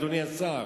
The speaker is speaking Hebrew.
אדוני השר,